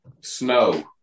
snow